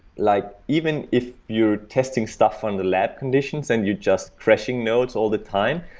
like even if you're testing stuff on the lab conditions and you just crashing nodes all the time,